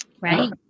Right